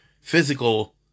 Physical